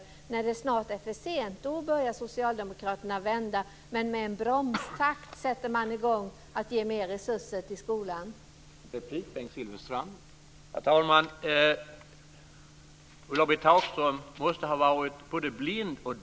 Nu när det snart är för sent börjar Socialdemokraterna vända och sätter i gång att ge mer resurser till skolan i långsam takt.